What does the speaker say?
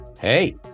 Hey